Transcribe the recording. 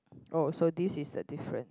oh so this is the different